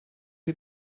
die